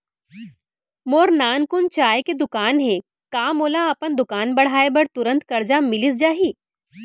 मोर नानकुन चाय के दुकान हे का मोला अपन दुकान बढ़ाये बर तुरंत करजा मिलिस जाही?